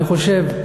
אני חושב,